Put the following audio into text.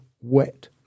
wet